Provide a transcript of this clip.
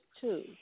two